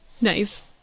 Nice